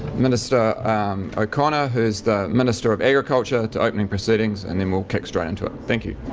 minister o'connor, who's the minister of agriculture, to open and proceedings. and then we'll kick straight into it. thank you.